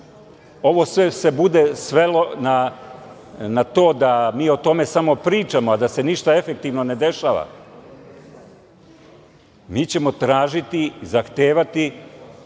se sve ovo bude svelo na to da mi o tome samo pričamo, a da se ništa efektivno ne dešava, mi ćemo tražiti i zahtevati